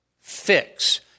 fix